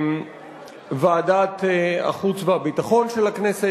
ועדת החוץ והביטחון של הכנסת,